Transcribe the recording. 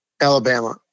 Alabama